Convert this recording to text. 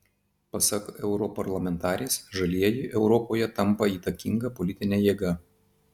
pasak europarlamentarės žalieji europoje tampa įtakinga politine jėga